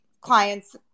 clients